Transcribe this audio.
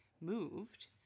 moved